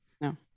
No